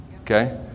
Okay